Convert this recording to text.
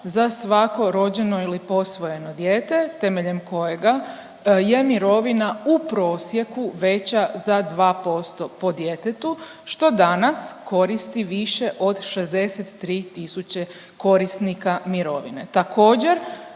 za svako rođeno ili posvojeno dijete temeljem kojega je mirovina u prosjeku veća za 2% po djetetu, što danas koristi više od 63 tisuće korisnika mirovine.